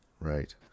right